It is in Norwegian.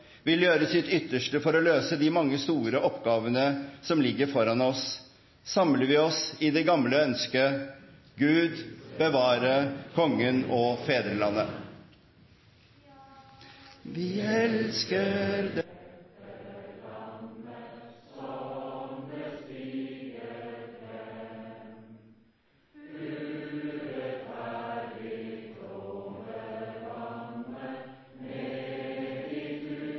vil gjøre sitt ytterste for å løse de mange store oppgavene som ligger foran oss, samler vi oss i det gamle ønsket: Gud bevare Kongen og fedrelandet!